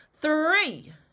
Three